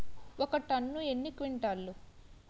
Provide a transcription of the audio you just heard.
ఒక టన్ను ఎన్ని క్వింటాల్లు?